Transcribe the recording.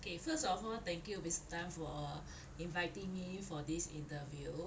okay first of all thank you mr tan for inviting me for this interview